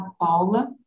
Paula